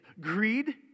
Greed